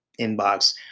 inbox